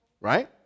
right